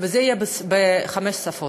וזה יהיה בחמש שפות.